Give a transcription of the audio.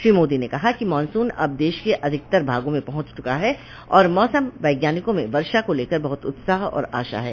श्री मोदी ने कहा कि मॉनसून अब देश के अधिकतर भागों में पहुंच चुका है और मौसम वैज्ञानिकों में वर्षा को लेकर बहुत उत्साह और आशा है